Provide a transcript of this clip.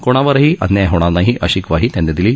क्णावरही अन्याय होणार नाही अशी ग्वाही त्यांनी दिली